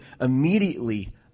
immediately